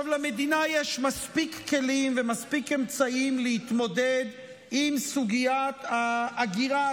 למדינה יש מספיק כלים ומספיק אמצעים להתמודד עם סוגיית ההגירה,